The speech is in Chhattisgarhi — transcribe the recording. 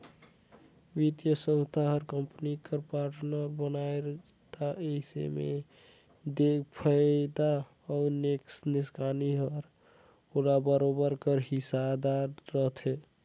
बित्तीय संस्था हर कंपनी कर पार्टनर बनही ता अइसे में दो फयदा अउ नोसकान में ओहर बरोबेर कर हिस्सादारी रखथे